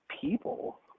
people